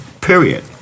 Period